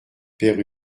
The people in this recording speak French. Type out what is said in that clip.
père